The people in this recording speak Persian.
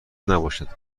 نباشند